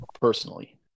personally